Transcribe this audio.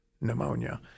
pneumonia